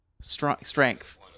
strength